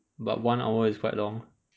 but one hour is quite long